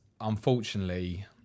unfortunately